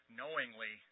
knowingly